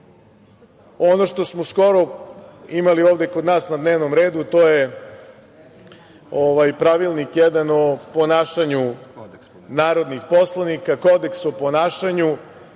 Ono što smo skoro imali ovde kod nas na dnevnom redu, to je pravilnik jedan o ponašanju narodnih poslanika, Kodeks o ponašanju